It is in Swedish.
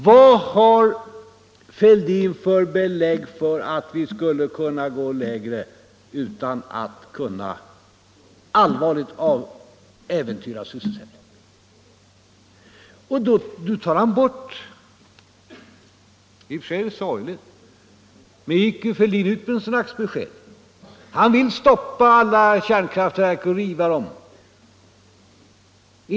Vad har herr Fälldin då för belägg för att vi skulle kunna gå lägre utan att allvarligt äventyra sysselsättningen? Nu gick ju herr Fälldin ut med ett slags besked. Han vill stoppa alla kärnkraftverk och riva dem. Det är i och för sig sorgligt.